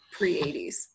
pre-'80s